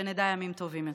ושנדע ימים טובים יותר.